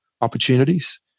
opportunities